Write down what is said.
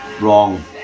Wrong